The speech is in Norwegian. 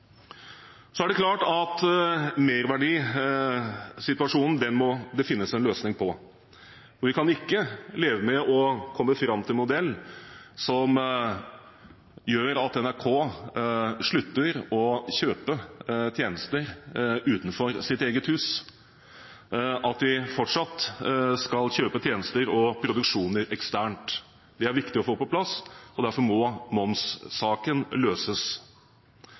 Det er klart at merverdisituasjonen må det finnes en løsning på. Vi kan ikke leve med en modell som gjør at NRK slutter å kjøpe tjenester utenfor eget hus. De skal fortsatt kjøpe tjenester og produksjoner eksternt. Det er viktig å få på plass, og derfor må momssaken løses.